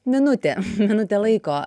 minutė minutė laiko